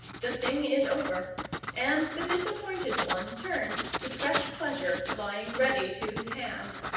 the thing is over, and the disappointed one turns to fresh pleasure, lying ready to his hand.